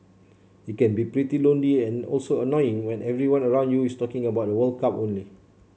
it can be pretty lonely and also annoying when everyone around you is talking about the World Cup only